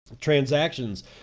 Transactions